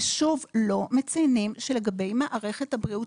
ושוב לא מציינים שלגבי מערכת הבריאות,